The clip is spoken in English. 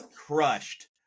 crushed